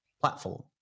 platform